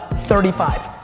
thirty five,